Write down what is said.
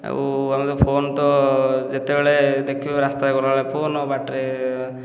ଆଉ ଆମେ ତ ଫୋନ ତ ଯେତେବେଳେ ଦେଖିବୁ ରାସ୍ତାରେ ଗଲା ବେଳେ ଫୋନ ବାଟରେ